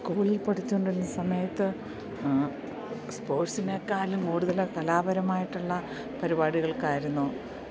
സ്കൂളിൽ പഠിച്ചുകൊണ്ടിരുന്ന സമയത്ത് സ്പോർട്സിനെക്കാളും കൂടുതൽ കലാപരമായിട്ടുള്ള പരിപാടികൾക്കായിരുന്നു